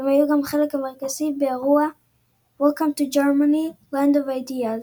והם היו חלק מרכזי באירועי Welcome To Germany - Land of Ideas,